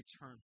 return